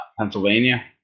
Pennsylvania